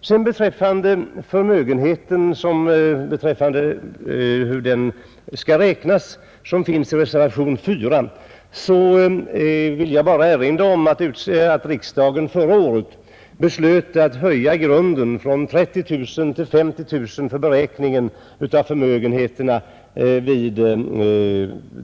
Vad sedan beträffar inverkan av förmögenheten vid beräkning av bostadstillägg, som tas upp i reservationen 4, vill jag bara erinra om att riksdagen förra året beslöt att höja grunden för förmögenhet från 30 000 till 50 000 kronor vid beräkning av